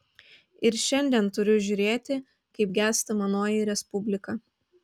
ir šiandien turiu žiūrėti kaip gęsta manoji respublika